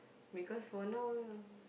because for now